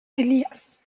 elias